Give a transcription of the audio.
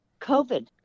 COVID